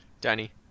Danny